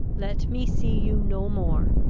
let me see you no more.